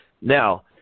Now